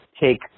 take